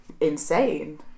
insane